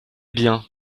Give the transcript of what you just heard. bien